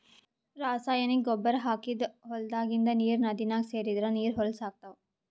ರಾಸಾಯನಿಕ್ ಗೊಬ್ಬರ್ ಹಾಕಿದ್ದ್ ಹೊಲದಾಗಿಂದ್ ನೀರ್ ನದಿನಾಗ್ ಸೇರದ್ರ್ ನೀರ್ ಹೊಲಸ್ ಆಗ್ತಾವ್